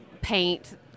paint